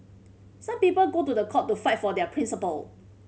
some people go to the court to fight for their principle